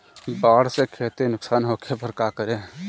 बाढ़ से खेती नुकसान होखे पर का करे?